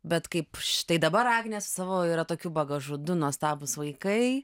bet kaip štai dabar agnė su savo yra tokiu bagažu du nuostabūs vaikai